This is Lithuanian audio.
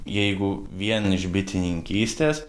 jeigu vien iš bitininkystės